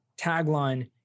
tagline